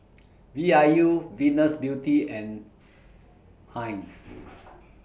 V I U Venus Beauty and Heinz